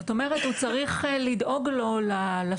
זאת אומרת הוא צריך לדאוג לו לשירותים